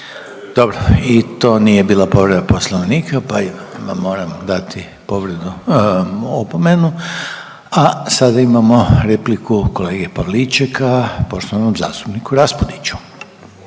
Dobro i to nije bila povreda Poslovnika pa vam moram dati povredu, opomenu. A sada imamo repliku kolege Pavličeka, poštovanom zastupniku Raspudiću.